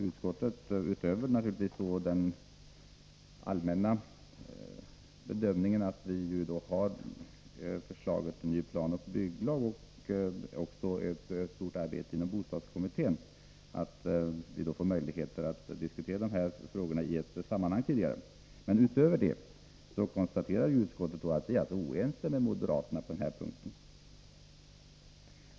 Utskottet gör den allmänna bedömningen att vi får möjlighet att diskutera de här frågorna i ett sammanhang i samband med behandlingen av förslaget till ny planoch bygglag och redovisningen av det stora arbete som pågår inom bostadskommittén. Därutöver konstaterar utskottet att majoriteten är oense med moderaterna på den här punkten.